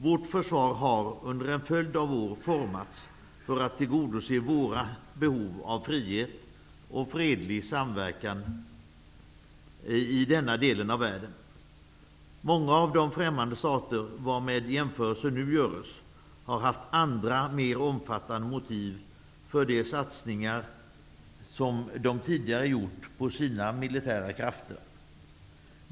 Vårt försvar har under en följd av år formats för att tillgodose våra behov av frihet och fredlig samverkan i vår del av världen. Många av de främmande stater, med vilka jämförelse nu görs, har haft andra mer omfattande motiv för de satsningar de tidigare gjort på sina militära försvar.